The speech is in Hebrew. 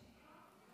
סעיף 1